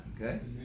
Okay